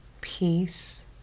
peace